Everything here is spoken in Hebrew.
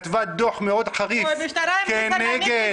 כתבה דוח מאוד חריף כנגד -- המשטרה המליצה להעמיד